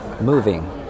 moving